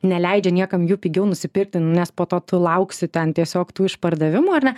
neleidžia niekam jų pigiau nusipirkti nes po to tu lauksi ten tiesiog tų išpardavimų ar ne